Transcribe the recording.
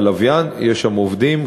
יש שם עובדים,